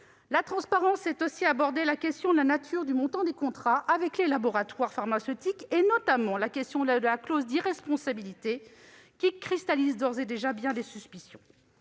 La transparence, c'est aussi aborder la question de la nature et du montant des contrats conclus avec les laboratoires pharmaceutiques, en particulier la clause d'irresponsabilité, qui cristallise d'ores et déjà bien des suspicions.